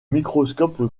microscope